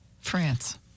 France